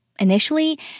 Initially